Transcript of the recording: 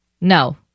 No